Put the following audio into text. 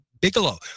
Bigelow